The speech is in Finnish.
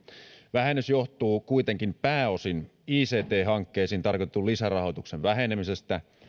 vähennys johtuu kuitenkin pääosin ict hankkeisiin tarkoitetun lisärahoituksen vähenemisestä